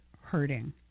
hurting